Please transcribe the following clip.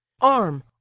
arm